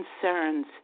concerns